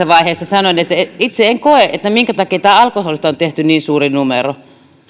vaiheessa sanoin että itse en ymmärrä minkä takia tästä alkoholista on tehty niin suuri numero